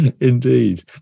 Indeed